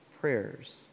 prayers